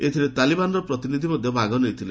ଏଥିରେ ତାଲିବାନର ପ୍ରତିନିଧି ମଧ୍ୟ ଭାଗ ନେଇଥିଲେ